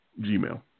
Gmail